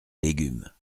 légumes